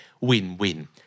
Win-win